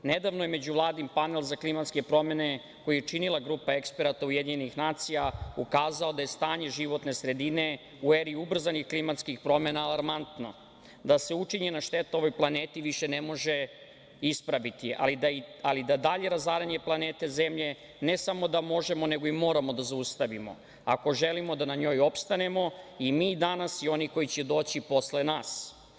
Nedavno je međuvladin panel za klimatske promene, koji je činila grupa eksperata UN, ukazao da je stanje životne sredine u eri ubrzanih klimatskih promena alarmantno, da se učinjena šteta ovoj planeti više ne može ispraviti, ali da dalje razaranje planete zemlje ne samo da možemo nego i moramo da zaustavimo, ako želimo da na njoj opstanemo i mi danas i oni koji će doći posle nas.